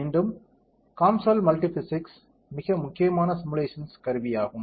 மீண்டும் COMSOL multiphysics மிக முக்கியமான சிமுலேஷன்ஸ் கருவியாகும்